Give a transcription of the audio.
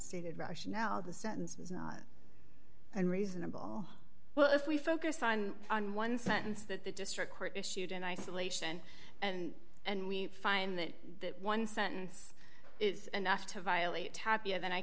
stated rationale the sentence was not unreasonable well if we focus on one sentence that the district court issued in isolation and and we find that one sentence is enough to violate happier then i